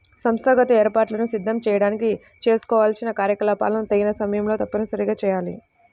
సంస్థాగత ఏర్పాట్లను సిద్ధం చేయడానికి చేసుకోవాల్సిన కార్యకలాపాలను తగిన సమయంలో తప్పనిసరిగా చేయాలి